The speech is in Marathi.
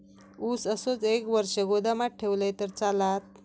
ऊस असोच एक वर्ष गोदामात ठेवलंय तर चालात?